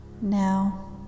now